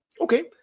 Okay